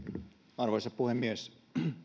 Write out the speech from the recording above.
arvoisa puhemies